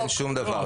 אין שום דבר.